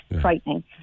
frightening